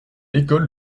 école